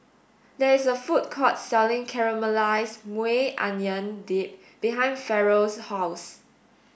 there is a food court selling Caramelized Maui Onion Dip behind Ferrell's house